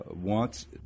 wants